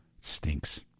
stinks